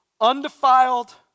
undefiled